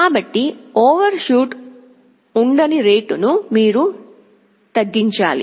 కాబట్టి ఓవర్షూట్ ఉండని రేటును మీరు తగ్గించాలి